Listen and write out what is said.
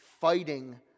fighting